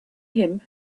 him